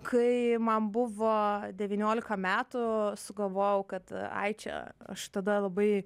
kai man buvo devyniolika metų sugalvojau kad ai čia aš tada labai